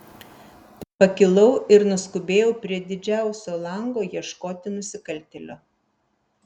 pakilau ir nuskubėjau prie didžiausio lango ieškoti nusikaltėlio